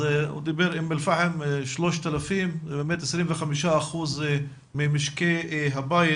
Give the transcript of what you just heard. אז הוא דיבר אום אל פאחם 3,000 זה באמת 25% ממשקי הבית,